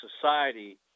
society